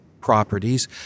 properties